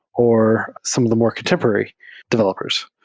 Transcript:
or some of the more contemporary developers.